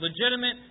legitimate